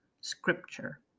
scripture